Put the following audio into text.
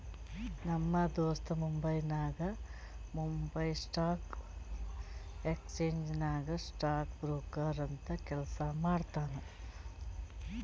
ನಮ್ ದೋಸ್ತ ಮುಂಬೈನಾಗ್ ಬೊಂಬೈ ಸ್ಟಾಕ್ ಎಕ್ಸ್ಚೇಂಜ್ ನಾಗ್ ಸ್ಟಾಕ್ ಬ್ರೋಕರ್ ಅಂತ್ ಕೆಲ್ಸಾ ಮಾಡ್ತಾನ್